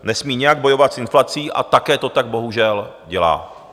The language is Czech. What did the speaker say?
Nesmí nijak bojovat s inflací a také to tak bohužel dělá.